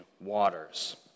waters